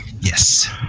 Yes